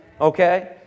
okay